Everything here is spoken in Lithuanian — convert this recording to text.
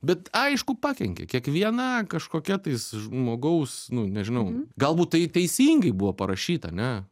bet aišku pakenkė kiekviena kažkokia tais žmogaus nu nežinau galbūt tai teisingai buvo parašyta ane